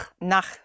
Nach